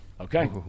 Okay